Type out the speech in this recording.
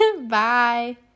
Bye